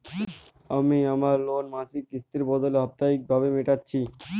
আমি আমার লোন মাসিক কিস্তির বদলে সাপ্তাহিক ভাবে মেটাচ্ছি